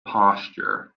posture